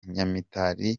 nyamitari